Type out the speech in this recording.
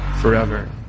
forever